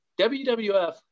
WWF